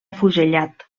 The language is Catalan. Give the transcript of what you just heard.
afusellat